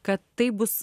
kad tai bus